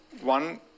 one